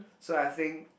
so I think